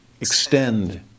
extend